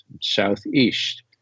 southeast